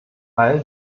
all